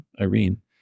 Irene